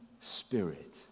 Spirit